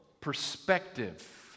perspective